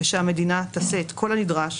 ושהמדינה תעשה את כל הנדרש